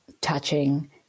touching